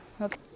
Okay